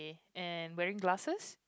and wearing glasses